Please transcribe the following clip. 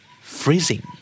freezing